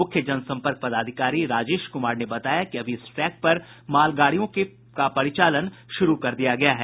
मुख्य जनसंपर्क पदाधिकारी राजेश कुमार ने बताया कि अभी इस ट्रैक पर मालगाड़ियों का परिचालन शुरू कर दिया गया है